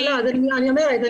אני אומרת,